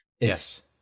Yes